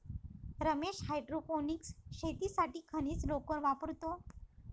Ramesh hydroponics शेतीसाठी खनिज लोकर वापरतो